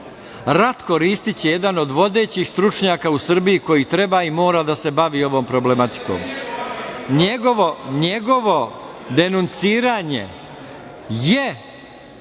Ratko Ristić je jedan od vodećih stručnjaka u Srbiji koji treba i mora da se bavi ovom problematikom. Njegovo denunciranje je